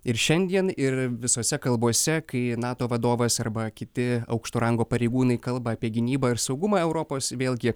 ir šiandien ir visose kalbose kai nato vadovas arba kiti aukšto rango pareigūnai kalba apie gynybą ir saugumą europos vėlgi